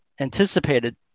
anticipated